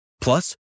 Plus